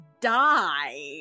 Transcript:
die